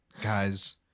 guys